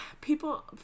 people